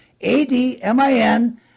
A-D-M-I-N